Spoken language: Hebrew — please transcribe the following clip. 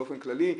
באופן כללי,